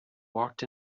walked